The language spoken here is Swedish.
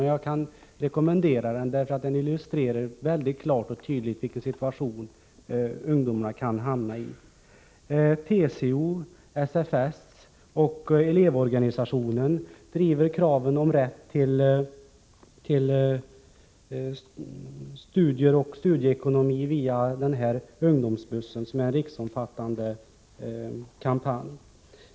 Men jag kan rekommendera den för studium, därför att den klart och tydligt illustrerar vilken situation ungdomarna kan hamna i. TCO, SFS och Elevorganisationen driver kraven om rätt till studier och studieekonomi via Ungdomsbussen, som är en riksomfattande kampanj.